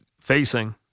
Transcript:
facing